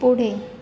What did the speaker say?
पुढे